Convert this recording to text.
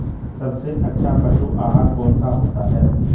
सबसे अच्छा पशु आहार कौन सा होता है?